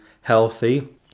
healthy